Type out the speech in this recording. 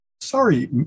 sorry